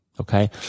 Okay